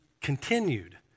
continued